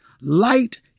Light